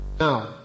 Now